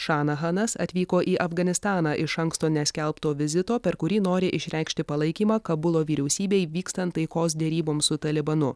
šanahanas atvyko į afganistaną iš anksto neskelbto vizito per kurį nori išreikšti palaikymą kabulo vyriausybei vykstant taikos deryboms su talibanu